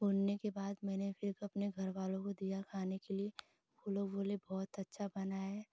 भूनने के बाद फिर मैंने घरवालों को दिया खाने के लिए वो लोग बोले बहुत अच्छा बना है